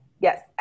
Yes